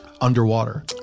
underwater